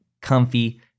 comfy